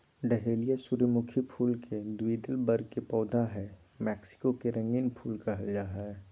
dahlia सूर्यमुखी फुल के द्विदल वर्ग के पौधा हई मैक्सिको के रंगीन फूल कहल जा हई